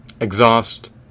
exhaust